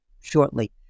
shortly